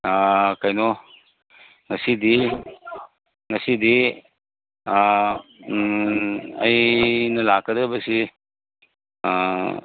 ꯀꯩꯅꯣ ꯉꯁꯤꯗꯤ ꯉꯁꯤꯗꯤ ꯑꯩꯅ ꯂꯥꯛꯀꯗꯧꯔꯤꯁꯤ